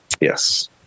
Yes